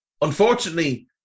Unfortunately